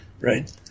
Right